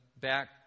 back